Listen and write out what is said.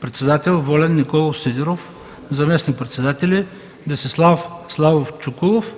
председател – Волен Николов Сидеров, и заместник-председатели – Десислав Славов Чуколов,